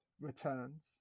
returns